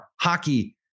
hockey